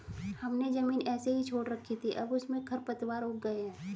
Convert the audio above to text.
हमने ज़मीन ऐसे ही छोड़ रखी थी, अब उसमें खरपतवार उग गए हैं